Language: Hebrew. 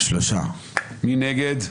מי נגד?